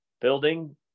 building